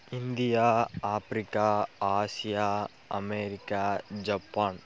India Africa Asia America Japan